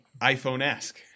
iPhone-esque